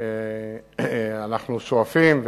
אנחנו שואפים,